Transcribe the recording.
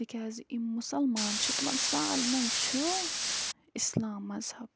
تِکیٛازِ یِم مُسَلمان چھِ تِمَن سالِمَن چھُ اِسلام مذہب